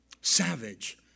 Savage